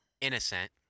innocent